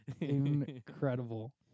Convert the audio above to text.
incredible